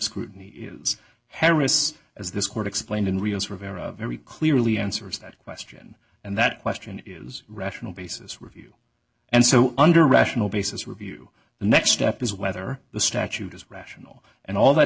scrutiny is harris as this court explained in rio's rivera very clearly answers that question and that question is rational basis review and so under rational basis review the next step is whether the statute is rational and all that